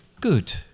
good